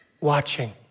Watching